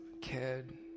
kid